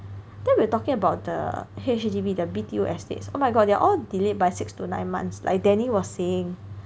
then we were talking about the H_D_B the B_T_O estates oh my god they're all delayed by six to nine months like Danny was saying